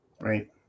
Right